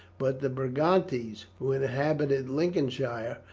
but the brigantes, who inhabited lincolnshire,